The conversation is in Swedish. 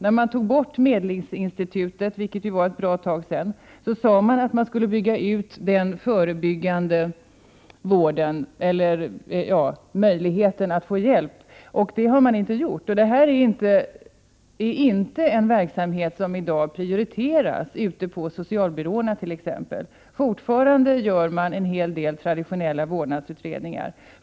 När medlingsinstitutet togs bort, vilket var ett bra tag sedan, sades det att möjligheterna för dem som det gäller att få hjälp skulle förbättras. Det har inte skett. Denna verksamhet prioriteras i dag inte på t.ex socialbyråerna. Fortfarande görs en del traditionella vårdnadsutredningar.